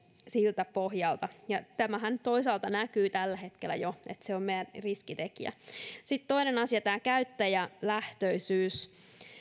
siltä pohjalta tämähän toisaalta näkyy tällä hetkellä jo että se on meillä riskitekijä sitten toinen asia tämä käyttäjälähtöisyys